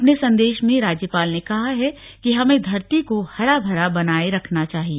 अपने संदेश में राज्यपाल ने कहा कि हमें धरती को हरा भरा बनाए रखना चाहिए